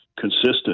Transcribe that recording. Consistent